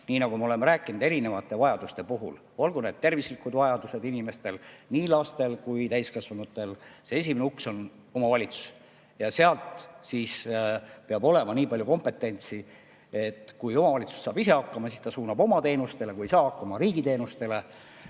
nii nagu me oleme rääkinud erinevate vajaduste puhul, näiteks olgu need inimeste tervislikud vajadused, nii lastel kui ka täiskasvanutel –, see esimene uks on omavalitsus. Seal peab olema nii palju kompetentsi, et kui omavalitsus saab ise hakkama, siis ta suunab oma teenustele, kui ei saa hakkama, siis riigi teenustele.